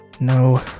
No